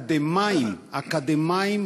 שכרם של המורים נקבע במסגרת הסכמים